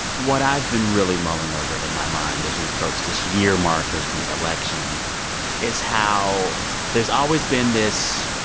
what i've been really mulling over in my mind as we approach this year mark of the election is how there's always been this